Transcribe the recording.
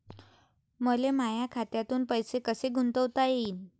मले माया खात्यातून पैसे कसे गुंतवता येईन?